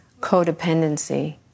codependency